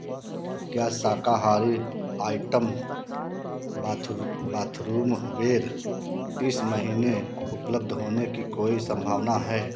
क्या शाकाहारी आइटम बाथरु बाथरूम वेर इस महीने उपलब्ध होने की कोई संभावना है